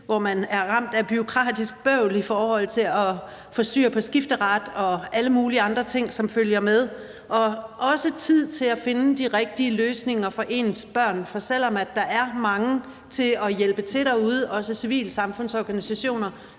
er også ramt af bureaukratisk bøvl i forhold til at få styr på skifteret og alle mulige andre ting, som følger med, og man skal også have tid til at finde de rigtige løsninger for ens børn, for selv om der er mange til at hjælpe til derude, også civilsamfundsorganisationer,